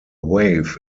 wave